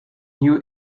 new